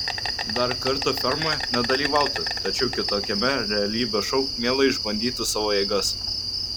dar kartą fermoje nedalyvautų tačiau kitokiame realybės šou mielai išbandytų savo jėgas